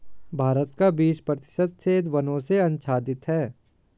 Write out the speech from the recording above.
भारत का बीस प्रतिशत क्षेत्र वनों से आच्छादित है